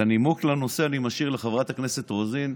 את הנימוק לנושא אני משאיר לחברת הכנסת רוזין.